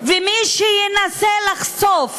ומי שינסה לחשוף